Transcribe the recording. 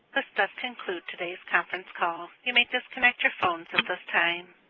this concludes today's conference call. you may disconnect your phones at this time.